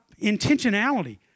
intentionality